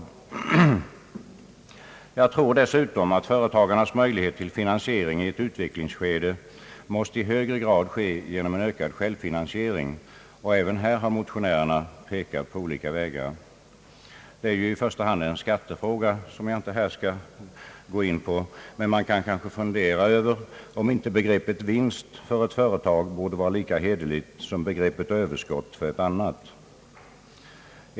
Jag tror dessutom att företagarna i ett utvecklingsskede:' bör få möjlighet till ökad självfinansiering. Även här har motionärerna pekat på olika vägar. Detta är i första hand en skattefråga, som jag här inte skall gå in på, men man kanske kan fundera över om inte begreppet vinst för ett företag borde vara lika hederligt som begreppet överskott för ett annat.